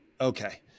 okay